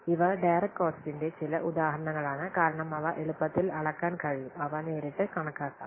ഇവ ഡയറക്റ്റ് കോസ്റ്റിന്റെ ചില ഉദാഹരണങ്ങളാണ് കാരണം അവ എളുപ്പത്തിൽ അളക്കാൻ കഴിയും അവ നേരിട്ട് കണക്കാക്കാം